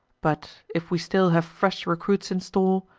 but, if we still have fresh recruits in store,